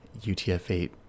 UTF-8